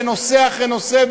בנושא אחרי נושא,